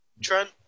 Trent